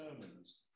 sermons